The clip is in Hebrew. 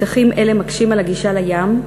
שטחים אלה מקשים את הגישה לים,